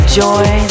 joy